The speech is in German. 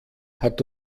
hat